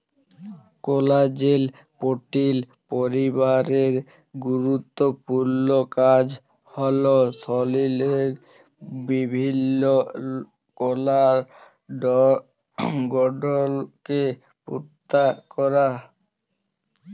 কলাজেল protein পরিবারের গুরুত্তপুর্ল কাজ হ্যল শরীরের বিভিল্ল্য কলার গঢ়লকে পুক্তা ক্যরা